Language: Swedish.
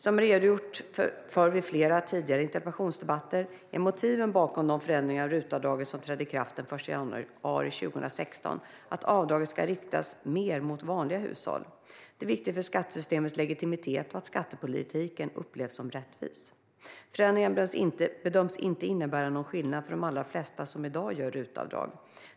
Som jag har redogjort för vid flera tidigare interpellationsdebatter är motiven bakom de förändringar av RUT-avdraget som trädde i kraft den 1 januari 2016 att avdraget ska riktas mer mot vanliga hushåll. Det är viktigt för skattesystemets legitimitet att skattepolitiken upplevs som rättvis. Förändringarna bedöms inte innebära någon skillnad för de allra flesta som i dag gör RUT-avdrag.